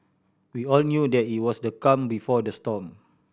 we all knew that it was the calm before the storm